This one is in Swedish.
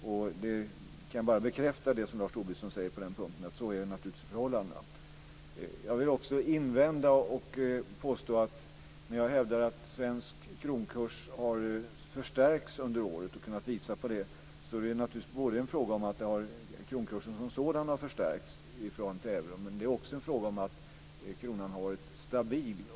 Jag kan bara bekräfta det som Lars Tobisson säger på den punkten. Så är naturligtvis förhållandet. Jag vill också göra en invändning. När jag hävdar att svensk kronkurs har förstärkts under året och har kunnat visa på det är det naturligtvis fråga om att kronkursen som sådan har förstärkts i förhållande till euron. Men det är också fråga om att kronan har varit stabil.